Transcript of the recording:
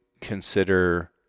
consider